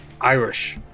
Irish